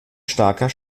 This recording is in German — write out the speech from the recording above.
starker